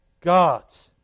God's